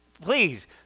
please